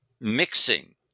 mixing